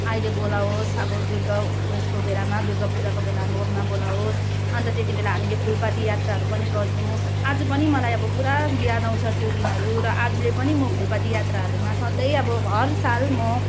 अहिले बोलावोस् अब दुर्गा ऊ यसको बेलामा दुर्गा पूजाको बेलामा होममा बोलावोस् अन्त त्यति बेला हामीले फुलपाती यात्राहरू पनि गर्थ्यौँ आज पनि मलाई अब पुरा याद आउँछ त्यो दिनहरू र आजले पनि म फुलपाती यात्राहरूमा सधैँ अब हर साल म